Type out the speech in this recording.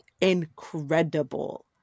Incredible